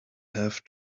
have